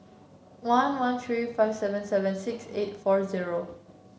one one three five seven seven six eight four zero